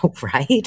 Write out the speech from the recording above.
right